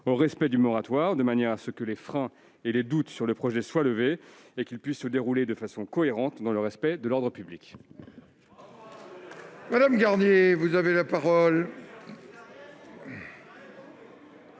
au respect du moratoire, de manière à ce que les freins et les doutes sur le projet soient levés et que celui-ci puisse se dérouler de façon cohérente, dans le respect de l'ordre public.